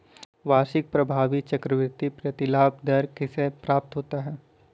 वार्षिक प्रभावी चक्रवृद्धि प्रतिलाभ दर कैसे प्राप्त होता है?